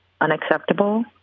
unacceptable